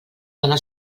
dona